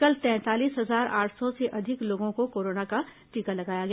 कल तैंतालीस हजार आठ सौ से अधिक लोगों को कोरोना का टीका लगाया गया